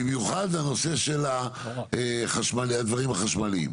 במיוחד הנושא של הדברים החשמליים.